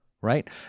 right